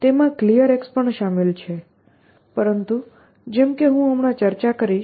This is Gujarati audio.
તેમાં Clear પણ શામેલ છે પરંતુ જેમ કે હું હમણાં ચર્ચા કરીશ